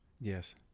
Yes